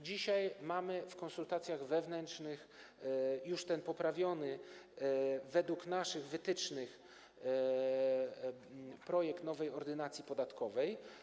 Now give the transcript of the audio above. Dzisiaj w konsultacjach wewnętrznych jest już ten poprawiony według naszych wytycznych projekt nowej Ordynacji podatkowej.